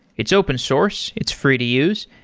it's open source. it's free to use,